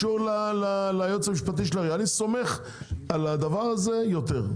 אני סומך על זה יותר.